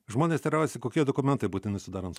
žmonės teiraujasi kokie dokumentai būtini sudarant